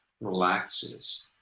relaxes